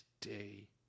today